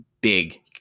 big